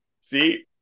See